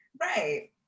Right